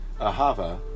Ahava